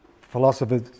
philosophers